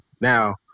Now